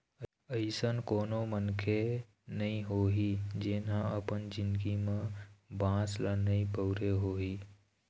अइसन कोनो मनखे नइ होही जेन ह अपन जिनगी म बांस ल नइ बउरे होही